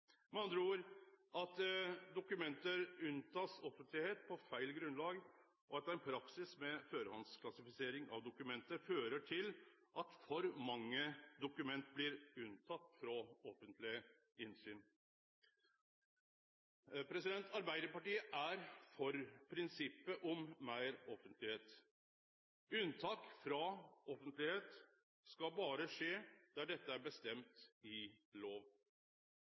at dokument blir unntekne offentleg innsyn på feil grunnlag, og at ein praksis med førehandsklassifisering av dokument fører til at for mange dokument blir unntekne offentleg innsyn. Arbeidarpartiet er for prinsippet om meir offentleg innsyn. Unntak frå offentleg innsyn skal berre skje der det er bestemt i lov.